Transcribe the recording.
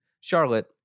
Charlotte